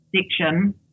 section